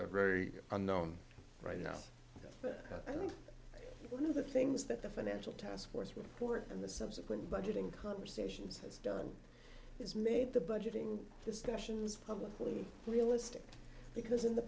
is very unknown right now but i think one of the things that the financial task force report and the subsequent budgeting conversations has done is made the budgeting discussions publicly realistic because in the